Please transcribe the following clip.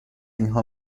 اینها